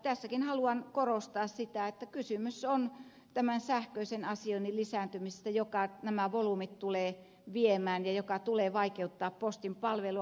tässäkin haluan korostaa sitä että kysymys on tämän sähköisen asioinnin lisääntymisestä mikä nämä volyymit tulee viemään ja joka tulee vaikeuttamaan postin palvelua